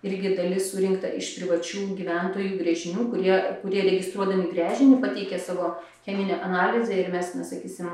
irgi dalis surinkta iš privačių gyventojų gręžinių kurie kurie registruodami gręžinį pateikė savo cheminę analizę ir mes na sakysim